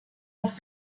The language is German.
auf